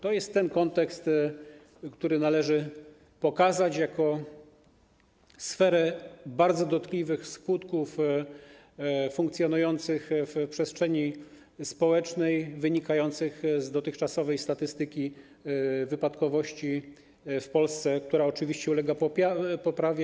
To jest ten kontekst, który należy pokazać jako sferę bardzo dotkliwych skutków funkcjonujących w przestrzeni społecznej, wynikających z dotychczasowej statystyki wypadkowości w Polsce, która oczywiście ulega poprawie.